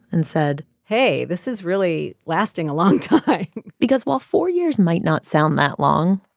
and said, hey. this is really lasting a long time because while four years might not sound that long,